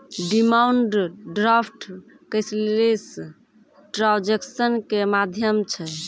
demand draft cashless transaction के माध्यम छै